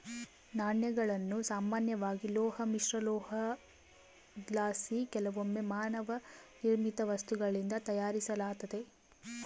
ನಾಣ್ಯಗಳನ್ನು ಸಾಮಾನ್ಯವಾಗಿ ಲೋಹ ಮಿಶ್ರಲೋಹುದ್ಲಾಸಿ ಕೆಲವೊಮ್ಮೆ ಮಾನವ ನಿರ್ಮಿತ ವಸ್ತುಗಳಿಂದ ತಯಾರಿಸಲಾತತೆ